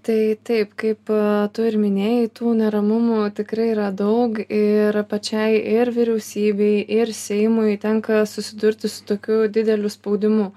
tai taip kaip tu ir minėjai tų neramumų tikrai yra daug ir pačiai ir vyriausybei ir seimui tenka susidurti su tokiu dideliu spaudimu